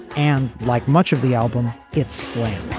and like much of the album it slammed